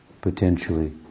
potentially